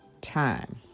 time